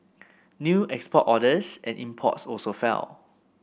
new export orders and imports also fell